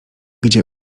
gdzie